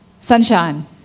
Sunshine